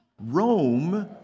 Rome